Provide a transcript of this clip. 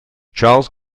charles